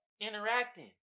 interacting